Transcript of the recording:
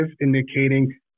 indicating